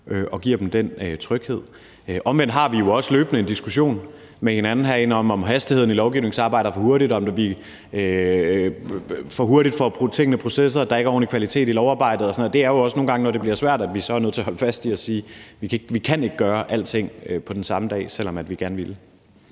og giver dem den tryghed. Omvendt har vi jo også løbende en diskussion med hinanden herinde om, om hastigheden i lovgivningsarbejdet er for hurtig, og om vi for hurtigt får brudt ting ned i processer, og at der ikke er en ordentlig kvalitet i lovarbejdet og sådan noget. Det er jo også nogle gange, når det bliver svært, at vi så er nødt til at holde fast i at sige: Vi kan ikke gøre alting på den samme dag, selv om vi gerne ville.